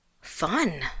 fun